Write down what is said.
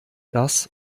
das